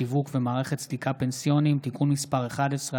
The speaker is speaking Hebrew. שיווק ומערכת סליקה פנסיוניים) (תיקון מס' 11),